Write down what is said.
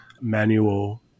manual